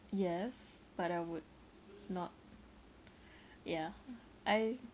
yes but I would not yeah I